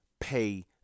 pay